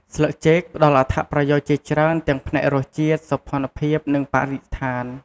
ស្លិកចេកផ្តល់អត្ថប្រយោជន៍ជាច្រើនទាំងផ្នែករសជាតិ សោភ័ណភាព និងបរិស្ថាន។